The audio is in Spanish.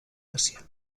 asia